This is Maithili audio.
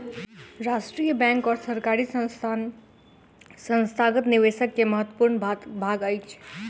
राष्ट्रीय बैंक और सरकारी संस्थान संस्थागत निवेशक के महत्वपूर्ण भाग अछि